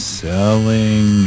selling